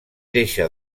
deixa